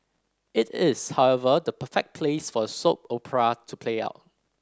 it is however the perfect place for a soap opera to play out